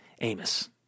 Amos